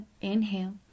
Inhale